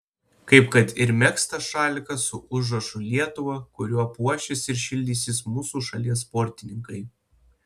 kaip kad ir megztas šalikas su užrašu lietuva kuriuo puošis ir šildysis mūsų šalies sportininkai